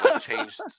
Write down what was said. changed